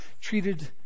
treated